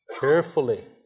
carefully